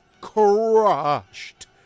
crushed